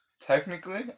Technically